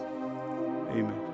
Amen